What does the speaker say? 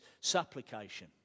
supplication